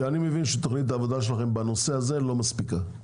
אני מבין שתוכנית העבודה שלכם בנושא הזה לא מספיקה.